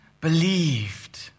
believed